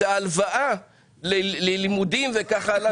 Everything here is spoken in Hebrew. את ההלוואה ללימודים וכל הלאה.